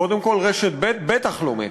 קודם כול, רשת ב' בטח לא מתה,